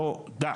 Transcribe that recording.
תודה.